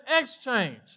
exchange